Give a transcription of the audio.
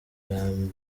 rugamba